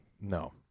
No